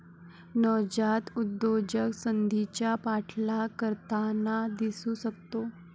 नवजात उद्योजक संधीचा पाठलाग करताना दिसू शकतो